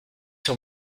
sur